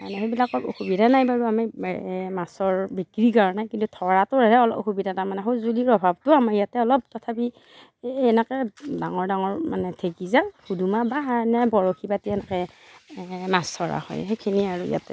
এনেই সেইবিলাকত অসুবিধা নাই বাৰু আমি মাছৰ বিক্ৰীৰ কাৰণে কিন্তু ধৰাটোৰহে অলপ অসুবিধা তাৰমানে সজুঁলিৰ অভাৱটো আমাৰ ইয়াতে অলপ তথাপি এই এনেকৈ ডাঙৰ ডাঙৰ মানে ঢেঁকীজাল হুদুমা বা এনেই বৰশী পাতি সেনেকৈ মাছ ধৰা হয় সেইখিনিয়ে আৰু ইয়াতে